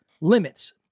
Limits